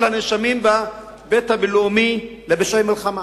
הנאשמים בבית-הדין הבין-לאומי לפשעי מלחמה.